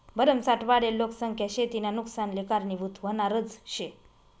भरमसाठ वाढेल लोकसंख्या शेतीना नुकसानले कारनीभूत व्हनारज शे